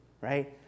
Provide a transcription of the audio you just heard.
right